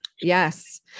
Yes